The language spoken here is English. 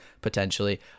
potentially